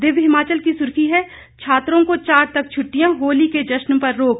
दिव्य हिमाचल की सुर्खी है छात्रों को चार तक छुटिटयां होली के जश्न पर रोक